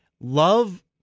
love